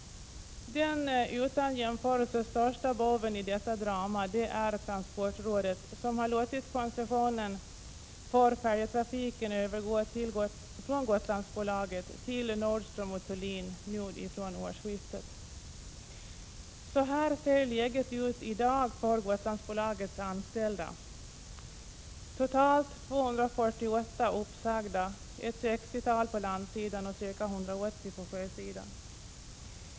Den utan jämförelse största boven i detta drama är transportrådet, som låtit koncessionen för färjetrafiken övergå från Gotlandsbolaget till Nordström & Thulin från den 1 januari 1988. Så här ser läget ut i dag för Gotlandsbolagets anställda: Totalt 248 uppsagda, ett 60-tal på landsidan och ca 180 på sjösidan.